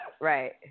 Right